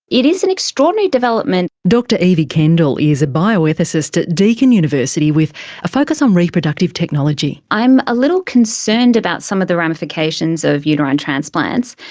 it is an extraordinary development. dr evie kendal is a bioethicist at deakin university with a focus on reproductive technology. i'm a little concerned about some of the ramifications of uterine transplants,